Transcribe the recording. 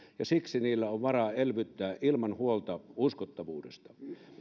ja siksi niillä on varaa elvyttää ilman huolta uskottavuudesta